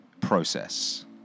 process